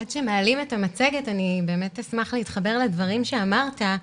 עד שמעלים את המצגת אני אשמח להתחבר לדברים שאמרת.